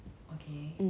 err no lah